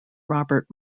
robert